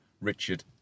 Richard